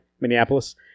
Minneapolis